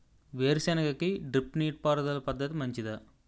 వేరుసెనగ కి డ్రిప్ నీటిపారుదల పద్ధతి మంచిదా?